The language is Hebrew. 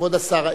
כבוד השר,